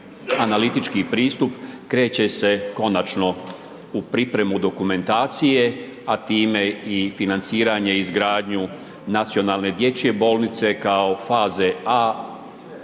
analitički pristup, kreće se konačno u pripremu dokumentacije, a time i financiranje, izgradnju nacionalne dječje bolnice, kao faze A